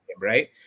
right